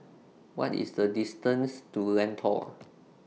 What IS The distance to Lentor